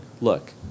look